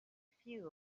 few